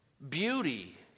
beauty